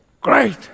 Great